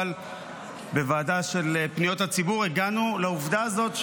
אבל בוועדה של פניות הציבור הגענו לעובדה הזו,